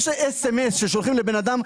יש אס.אם.אס ששולחים לבן אדם,